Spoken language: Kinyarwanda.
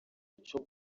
icyo